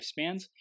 lifespans